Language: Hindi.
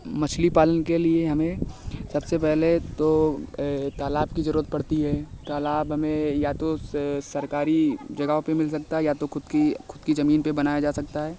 मछली पालन के लिए हमें सबसे पहले तो तालाब की ज़रुरत पड़ती है तालाब में या तो सरकारी जगह पर मिल सकता है या तो खुद की खुद की ज़मीन पर बनाया जा सकता है